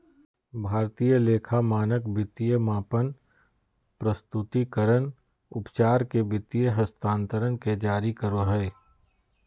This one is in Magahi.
भारतीय लेखा मानक वित्तीय मापन, प्रस्तुतिकरण, उपचार के वित्तीय हस्तांतरण के जारी करो हय